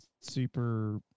super –